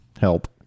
help